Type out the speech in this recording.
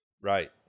Right